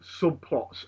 subplots